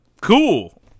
Cool